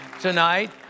tonight